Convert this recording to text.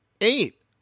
eight